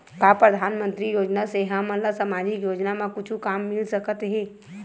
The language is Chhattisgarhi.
का परधानमंतरी योजना से हमन ला सामजिक योजना मा कुछु काम मिल सकत हे?